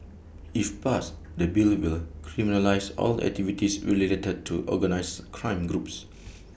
if passed the bill will criminalise all activities related to organised crime groups